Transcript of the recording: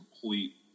complete